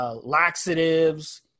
laxatives